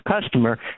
customer